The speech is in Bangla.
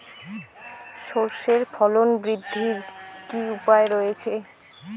সর্ষের ফলন বৃদ্ধির কি উপায় রয়েছে?